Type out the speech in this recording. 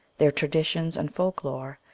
their traditions and folk-lore,